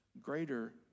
greater